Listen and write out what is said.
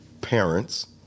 parents